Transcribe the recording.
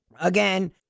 Again